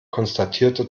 konstatierte